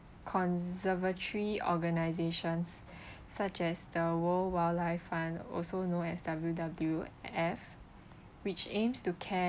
conservatory organisations such as the world wildlife fund also known as W_W_F which aims to care